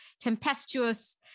tempestuous